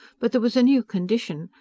but there was a new condition.